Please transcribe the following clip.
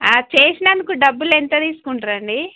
చేసినాందుకు డబ్బులు ఎంత తీసుకుంటారండి